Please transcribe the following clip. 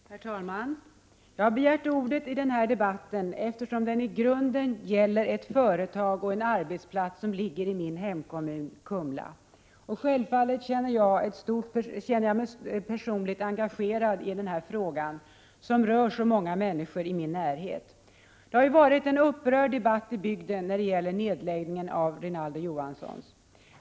Herr talman! Jag har begärt ordet i den här debatten eftersom den i grunden gäller ett företag och en arbetsplats som ligger i min hemkommun Kumla. Självfallet känner jag mig personligt engagerad i den här frågan, som rör så många människor i min närhet. Det har varit en upprörd debatt i bygden om nedläggningen av Rinaldo & Johansson.